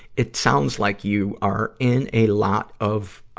it sounds like you are in a lot of, ah,